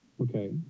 Okay